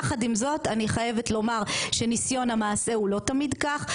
יחד עם זאת אני חייבת לומר שניסיון המעשה הוא לא תמיד כך,